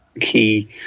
key